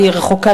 היא רחוקה.